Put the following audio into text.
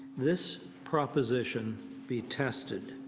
this proposition be tested.